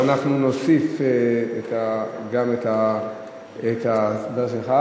אז אנחנו נוסיף גם את ההצבעה שלך,